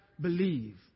believe